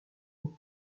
aux